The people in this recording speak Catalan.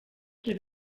qui